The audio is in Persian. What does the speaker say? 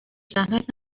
زحمت